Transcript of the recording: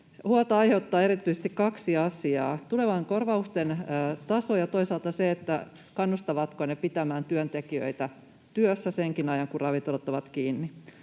Huolta aiheuttaa erityisesti kaksi asiaa: Tulevien korvausten taso ja toisaalta se, kannustavatko ne pitämään työntekijöitä työssä senkin ajan, kun ravintolat ovat kiinni.